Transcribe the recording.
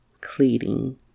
cleaning